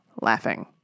laughing